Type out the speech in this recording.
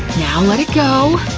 now let it go.